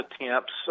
attempts